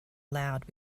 allowed